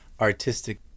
artistic